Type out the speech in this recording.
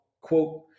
quote